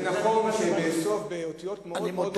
זה נכון שבאותיות מאוד מאוד קטנות,